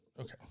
okay